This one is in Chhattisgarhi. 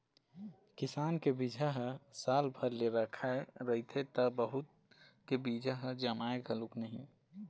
किसान के बिजहा ह साल भर ले रखाए रहिथे त बहुत के बीजा ह जामय घलोक नहि